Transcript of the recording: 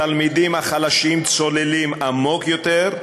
התלמידים החלשים צוללים עמוק יותר,